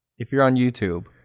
if you're on youtube,